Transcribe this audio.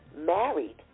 Married